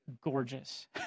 gorgeous